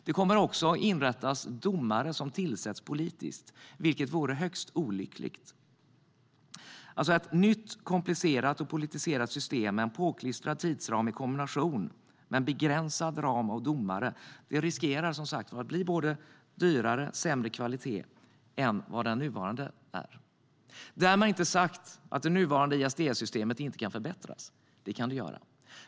Det kommer också att inrättas domare som tillsätts politiskt, vilket vore högst olyckligt. Ett nytt, komplicerat och politiserat system med en påklistrad tidsram i kombination med domare inom en begränsad ram riskerar att bli både dyrare och av sämre kvalitet än det nuvarande systemet. Därmed inte sagt att det nuvarande ISDS-systemet inte kan förbättras. Det kan det.